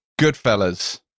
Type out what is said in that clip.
Goodfellas